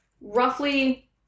Roughly